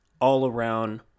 all-around